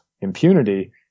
impunity